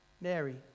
Mary